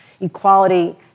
equality